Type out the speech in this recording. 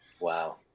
Wow